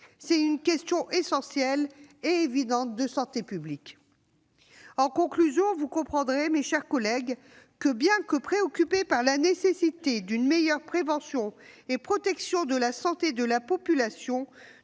d'une question essentielle et évidente de santé publique. En conclusion, vous comprendrez, mes chers collègues, que, bien que préoccupés par la nécessité d'une meilleure prévention et d'une plus grande protection de la santé de la population,